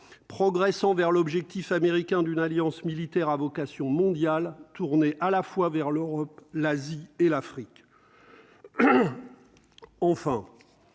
progressant vers l'objectif américain d'une alliance militaire à vocation mondiale, tourné à la fois vers l'Europe, l'Asie et l'Afrique, enfin,